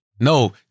No